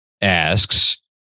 asks